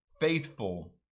faithful